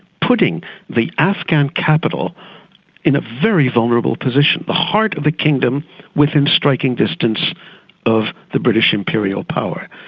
putting the afghan capital in a very vulnerable position. the heart of the kingdom within striking distance of the british imperial power.